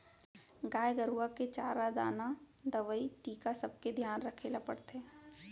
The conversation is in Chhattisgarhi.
गाय गरूवा के चारा दाना, दवई, टीका सबके धियान रखे ल परथे